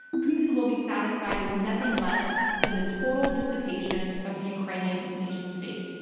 putin will be satisfied with nothing less than the total dissipation of the ukrainian nation state.